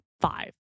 five